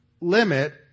limit